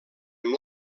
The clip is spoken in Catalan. amb